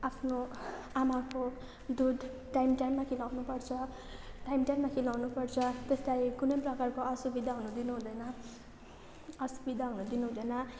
आफ्नो आमाको दुध टाइम टाइममा खुवाउनुपर्छ टाइम टाइममा खुवाउनुपर्छ त्यसलाई कुनै प्रकारको असुविधा हुन दिनु हुँदैन असुविधा हुन दिनुहुँदैन